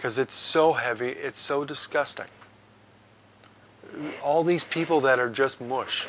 because it's so heavy it's so disgusting all these people that are just much